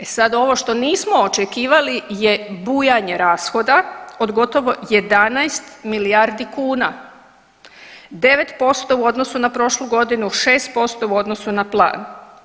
E sad, ovo što nismo očekivali je bujanje rashoda od gotovo 11 milijardi kuna 9% u odnosu na prošlu godinu, 6% u odnosu na plan.